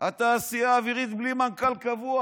התעשייה האווירית בלי מנכ"ל קבוע.